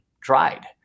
tried